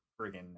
friggin